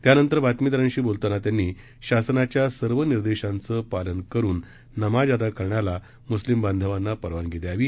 त्यानंतर वार्ताहरांशी बोलतांना त्यांनी शासनाच्या सर्व निर्देशांचं पालन करुन नमाज दा करण्याला म्स्लिम बांधवांना परवानगी द्यावी